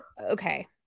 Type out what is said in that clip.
okay